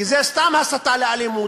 כי זאת סתם הסתה לאלימות,